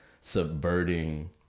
subverting